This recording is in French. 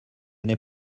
n’ai